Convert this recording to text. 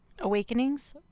Awakenings